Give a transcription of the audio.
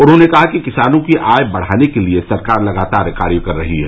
उन्होंने कहा कि किसानों की आय बढ़ाने के लिए सरकार लगातार कार्य कर रही है